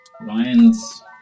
Ryan's